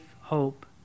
hope